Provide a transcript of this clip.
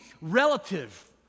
relative